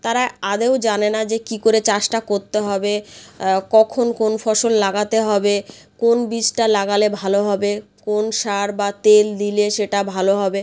তারা আদৌ জানে না যে কী করে চাষটা করতে হবে কখন কোন ফসল লাগাতে হবে কোন বীজটা লাগালে ভালো হবে কোন সার বা তেল দিলে সেটা ভালো হবে